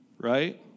right